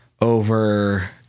over